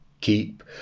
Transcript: Keep